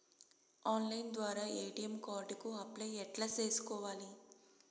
Online ద్వారా ATM card కు apply ఎట్లా సేసుకోవాలి?